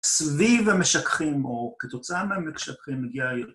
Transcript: סביב המשככים, או כתוצאה מהמשככים, מגיע הירים.